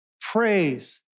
praise